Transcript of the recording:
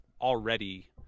already